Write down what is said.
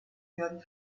werden